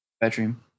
bedroom